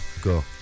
Go